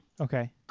Okay